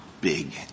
big